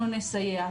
אנחנו נסייע.